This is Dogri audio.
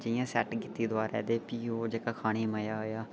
सैट कीती फ्ही ओह् मजा नीं आया दोबारा मजा आया